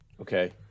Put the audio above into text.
Okay